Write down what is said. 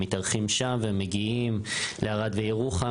והם מתארחים שם והם מגיעים לערד וירוחם